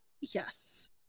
yes